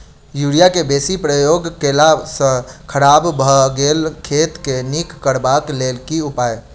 Urea केँ बेसी प्रयोग केला सऽ खराब भऽ गेल खेत केँ नीक करबाक लेल की उपाय?